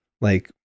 like-